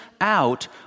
out